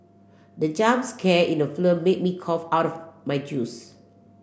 the jump scare in the film made me cough out my juice